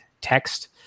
text